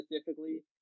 specifically